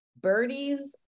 birdies